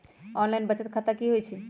Online बचत खाता की होई छई?